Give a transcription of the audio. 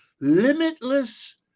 limitless